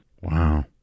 Wow